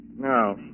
No